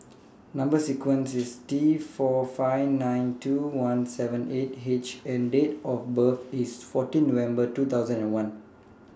Number sequence IS T four five nine two one seven eight H and Date of birth IS fourteen November two thousand and one